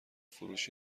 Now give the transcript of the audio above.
فروش